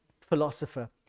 philosopher